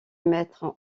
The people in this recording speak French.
mettre